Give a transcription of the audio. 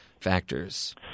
factors